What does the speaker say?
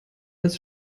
als